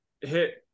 hit –